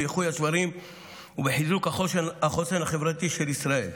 באיחוי השברים ובחיזוק החוסן החברתי של ישראל.